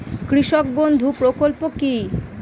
কৃষক বন্ধু প্রকল্প কি?